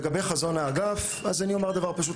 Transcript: לגבי חזון האגף, אני אומר דבר פשוט.